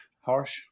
harsh